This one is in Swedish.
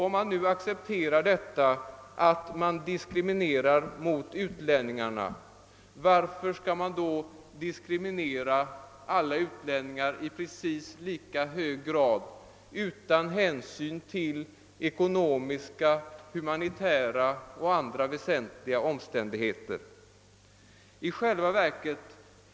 Om man nu accepterar diskriminering mot utlänningarna, varför skall man då diskriminera alla utlänningar i precis lika hög grad utan hänsyn till ekonomiska, humanitära och andra väsentliga omständigheter?